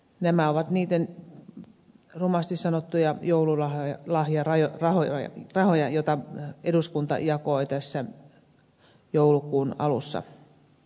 nämä ovat rumasti sanottuna niitä joululahjarahoja joita eduskunta jakoi tässä joulukuun alussa